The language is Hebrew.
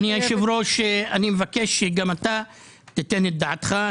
אדוני היושב ראש, אני מבקש שגם אתה תיתן את דעתך.